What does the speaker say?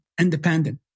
independent